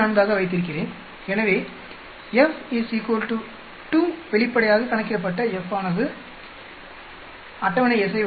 54 ஆக வைத்திருக்கிறேன் எனவே F 2 வெளிப்படையாக கணக்கிடப்பட்ட F ஆனது அட்டவணை S